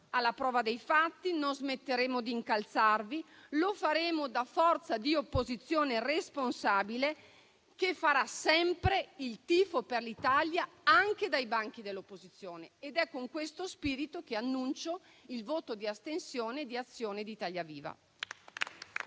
alla prova dei fatti, non smetteremo di incalzarvi, lo faremo da forza di opposizione responsabile, che farà sempre il tifo per l'Italia anche dai banchi dell'opposizione. È con questo spirito che annuncio il voto di astensione di Azione-Italia Viva.